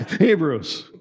Hebrews